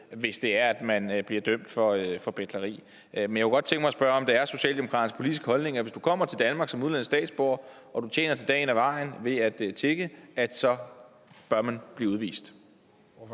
hvis man bliver dømt for betleri. Men jeg kunne godt tænke mig at spørge, om det er Socialdemokratiets politiske holdning, at hvis du kommer til Danmark som udenlandsk statsborger, og du tjener til dagen og vejen ved at tigge, så bør du blive udvist.